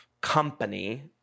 company